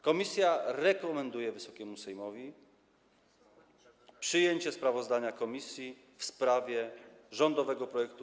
Komisja rekomenduje Wysokiemu Sejmowi przyjęcie sprawozdania komisji w sprawie rządowego projektu